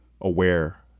aware